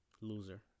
Loser